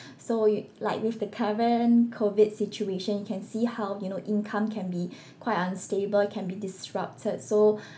so you like with the current COVID situation you can see how you know income can be quite unstable can be disrupted so